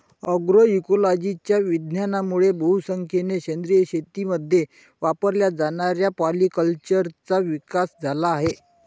अग्रोइकोलॉजीच्या विज्ञानामुळे बहुसंख्येने सेंद्रिय शेतीमध्ये वापरल्या जाणाऱ्या पॉलीकल्चरचा विकास झाला आहे